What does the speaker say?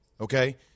Okay